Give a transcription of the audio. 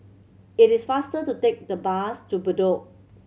it is faster to take the bus to Bedok